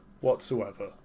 whatsoever